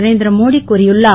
நரேந்திர மோடி கூறியுள்ளார்